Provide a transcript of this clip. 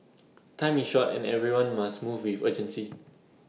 time is short and everyone must move with urgency